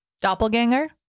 doppelganger